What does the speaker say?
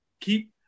Keep